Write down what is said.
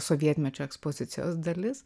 sovietmečio ekspozicijos dalis